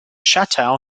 chateau